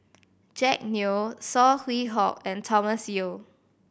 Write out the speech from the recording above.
Jack Neo Saw Swee Hock and Thomas Yeo